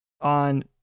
on